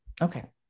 Okay